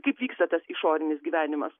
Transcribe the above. kaip vyksta tas išorinis gyvenimas